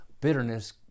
bitterness